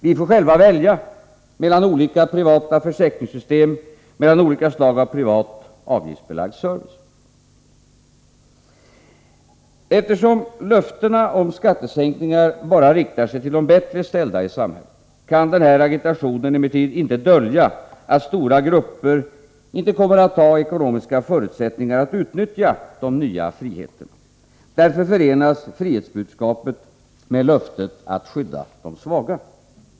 Vi får själva välja — mellan olika privata försäkringssystem, mellan olika slag av privat, avgiftsbelagd service. Eftersom löftena om skattesänkningar bara riktar sig till de bättre ställda i samhället, kan denna agitation emellertid inte dölja att stora grupper inte kommer att ha ekonomiska förutsättningar att utnyttja de nya friheterna. Därför förenas frihetsbudskapet med löftet att ”skydda de svaga”.